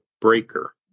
Breaker